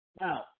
Now